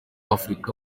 afurika